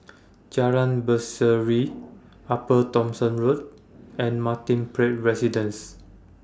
Jalan Berseri Upper Thomson Road and Martin Place Residences